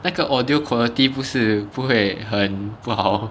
那个 audio quality 不是不会很不好